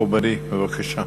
מכובדי, בבקשה.